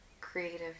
creative